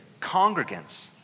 congregants